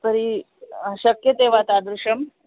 तर्हि शक्यते वा तादृशम्